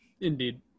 Indeed